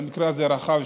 במקרה הזה רחב,